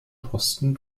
posten